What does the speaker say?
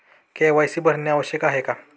KYC भरणे आवश्यक आहे का?